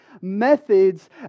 methods